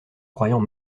croyant